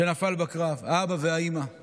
וביקש להתגייס לשירות משמעותי ללוחמה בצבא ההגנה לישראל.